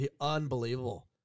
unbelievable